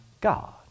God